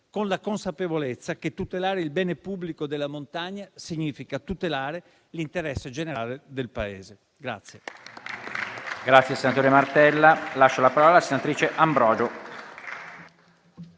con la consapevolezza che tutelare il bene pubblico della montagna significa tutelare l'interesse generale del Paese.